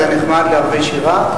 זה נחמד לערבי שירה.